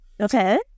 Okay